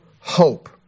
hope